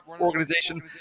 organization